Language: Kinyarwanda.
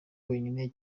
wenyine